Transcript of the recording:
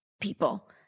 people